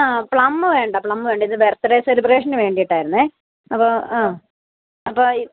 ആ പ്ലം വേണ്ട പ്ലം വേണ്ട ഇത് ബർത്ഡേ സെലിബ്രേഷന് വേണ്ടിയിട്ടായിരുന്നു അപ്പോള് ആ അപ്പോള്